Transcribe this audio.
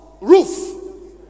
roof